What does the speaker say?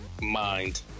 mind